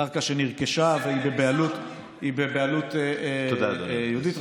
קרקע שנרכשה והיא בבעלות יהודית,